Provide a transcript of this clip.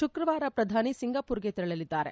ಶುಕ್ರವಾರ ಪ್ರಧಾನಿ ಸಿಂಗಾಪುರ್ಗೆ ತೆರಳಲಿದ್ದಾರೆ